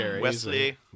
Wesley